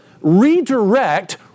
redirect